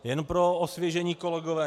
Jen pro osvěžení, kolegové.